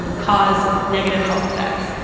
um cause negative health effects.